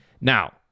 Now